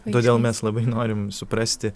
todėl mes labai norim suprasti